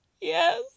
Yes